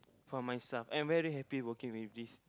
for myself I'm very happy working with this